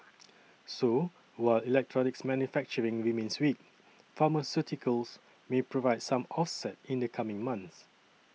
so while electronics manufacturing remains weak pharmaceuticals may provide some offset in the coming months